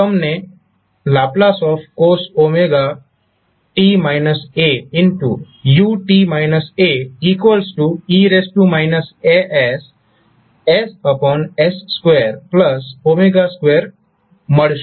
તમને ℒ cos ue asss22 મળશે